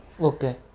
Okay